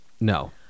No